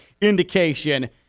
indication